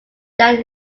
that